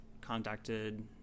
contacted